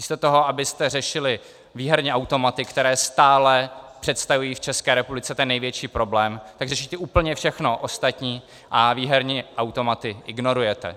Místo toho, abyste řešili výherní automaty, které stále představují v České republice ten největší problém, tak řešíte úplně všechno ostatní a výherní automaty ignorujete.